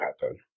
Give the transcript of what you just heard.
happen